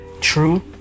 True